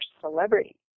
celebrity